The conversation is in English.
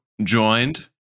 joined